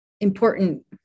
important